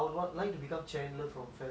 the the guy's also very smart